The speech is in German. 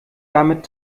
damit